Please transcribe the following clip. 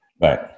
Right